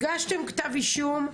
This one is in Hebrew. הגשתם כתב אישום,